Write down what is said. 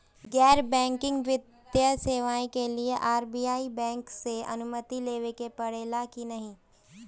गैर बैंकिंग वित्तीय सेवाएं के लिए आर.बी.आई बैंक से अनुमती लेवे के पड़े ला की नाहीं?